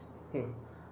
hmm